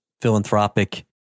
philanthropic